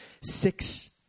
six